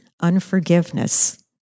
unforgiveness